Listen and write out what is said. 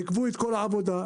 עכבו את כל העבודה,